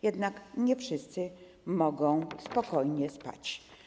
Jednak nie wszyscy mogą spokojnie spać.